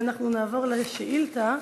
ואנחנו נעבור לשאילתה.